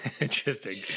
Interesting